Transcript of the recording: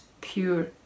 pure